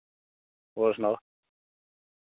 तुस सनाओ